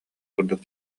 курдук